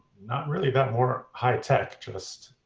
not really that more high-tech, just